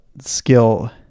skill